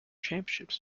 championships